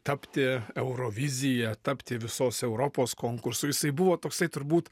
tapti eurovizija tapti visos europos konkursu jisai buvo toksai turbūt